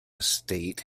state